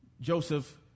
Joseph